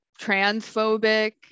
transphobic